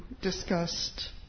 discussed